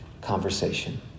conversation